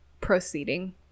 proceeding